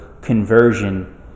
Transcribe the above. conversion